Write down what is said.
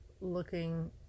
looking